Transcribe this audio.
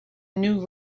new